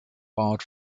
barred